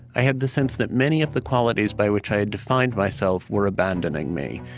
i had the sense that many of the qualities by which i had defined myself were abandoning me,